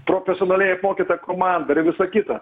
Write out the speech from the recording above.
profesionaliai apmokyta komanda ir visa kita